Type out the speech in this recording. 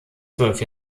zwölf